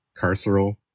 carceral